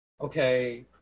okay